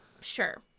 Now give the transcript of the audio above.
Sure